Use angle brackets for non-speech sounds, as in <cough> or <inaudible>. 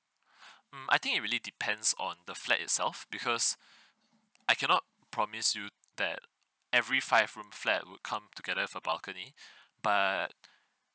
<breath> mm I think it really depends on the flat itself because <breath> I cannot promise you that every five room flat would come together with a balcony <breath> but